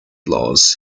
laws